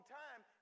time